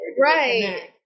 Right